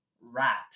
rat